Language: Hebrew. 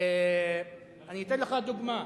אני אתך לך דוגמה.